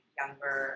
younger